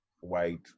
white